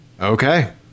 Okay